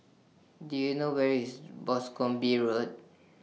Do YOU know Where IS Boscombe Road